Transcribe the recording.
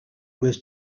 was